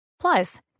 Plus